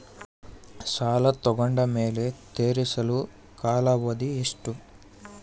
ಸಾಲ ತಗೊಂಡು ಮೇಲೆ ತೇರಿಸಲು ಕಾಲಾವಧಿ ಎಷ್ಟು?